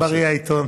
שיהיה בריא העיתון.